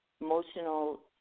emotional